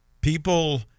People